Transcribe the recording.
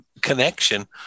connection